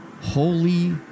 Holy